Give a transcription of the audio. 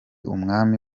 umwami